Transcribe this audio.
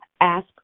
ask